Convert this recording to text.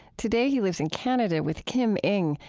today he lives in canada with kim eng,